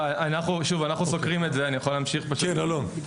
כן, אלון.